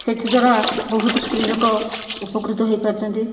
ସେଥି ଦ୍ୱାରା ବହୁତ ସ୍ତ୍ରୀ ଲୋକ ଉପକୃତ ହେଇପାରିଛନ୍ତି